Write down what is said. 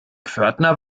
pförtner